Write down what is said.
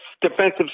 defensive